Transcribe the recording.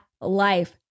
life